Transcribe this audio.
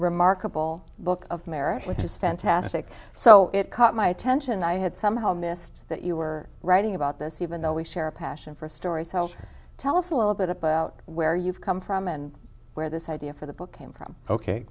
remarkable book of merit which is fantastic so it caught my attention and i had somehow missed that you were writing about this even though we share a passion for stories help tell us a little bit about where you've come from and where this idea for the book came from ok